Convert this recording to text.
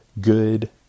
good